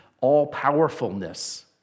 all-powerfulness